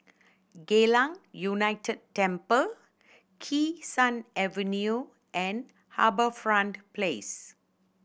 Geylang United Temple Kee Sun Avenue and HarbourFront Place